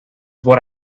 what